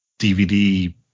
DVD